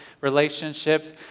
relationships